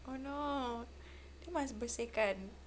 oh no then must bersihkan